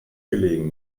gelegen